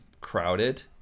crowded